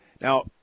Now